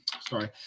sorry